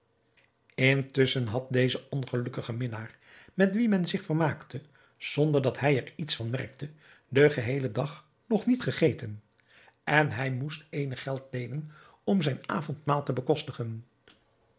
intusschen had deze ongelukkige minnaar met wien men zich vermaakte zonder dat hij er iets van merkte den geheelen dag nog niet gegeten en hij moest eenig geld leenen om zijn avondmaal te bekostigen